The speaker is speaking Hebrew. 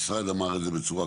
המשרד התקדם והפיץ